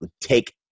take